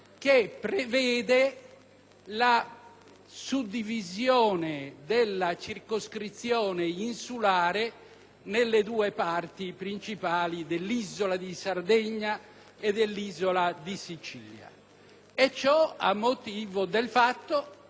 nelle due parti principali dell'isola di Sardegna e dell'isola di Sicilia. Ciò a motivo del fatto che, come è noto, a causa della sproporzione di popolazione esistente tra le due isole,